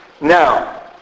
Now